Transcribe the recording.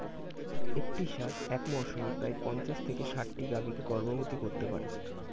একটি ষাঁড় এক মরসুমে প্রায় পঞ্চাশ থেকে ষাটটি গাভী কে গর্ভবতী করতে পারে